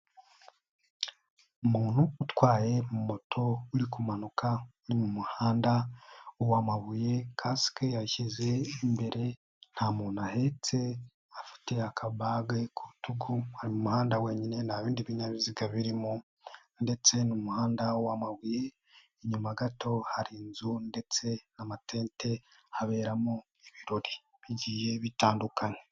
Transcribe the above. Umuntu utwaye moto uri kumanuka uri mu muhanda w'amabuye kasike yashyize imbere nta muntu ahetse afite akabage ku rutugu ari mu muhanda wenyine nta bindi binyabiziga birimo ndetse ni umuhanda w'amabuye, inyuma gato hari inzu ndetse n'amatente haberamo ibirori bigiye bitandukanye.